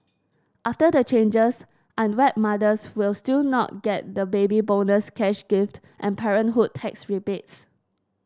after the changes unwed mothers will still not get the Baby Bonus cash gift and parenthood tax rebates